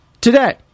today